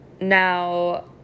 Now